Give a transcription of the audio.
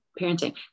parenting